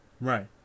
Right